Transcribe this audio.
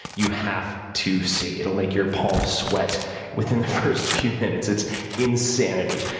you have to see. it will make your palms sweat within the first few minutes. it's insanity.